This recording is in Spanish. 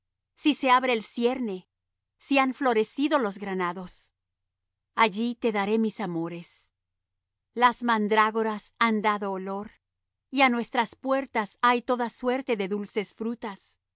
si se abre el cierne si han florecido los granados allí te daré mis amores las mandrágoras han dado olor y á nuestras puertas hay toda suerte de dulces frutas